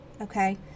okay